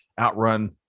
outrun